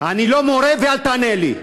אני לא מורה ואל תענה לי.